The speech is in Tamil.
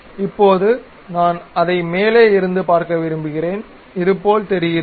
இப்போது நான் அதை மேலே இருந்து பார்க்க விரும்புகிறேன் இது போல் தெரிகிறது